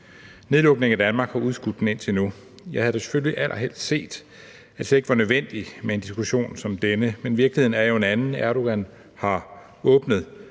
nedlukningen af Danmark har udskudt den indtil nu. Jeg havde da selvfølgelig allerhelst set, at det slet ikke var nødvendigt med en diskussion som denne, men virkeligheden er jo en anden. Erdogan har åbnet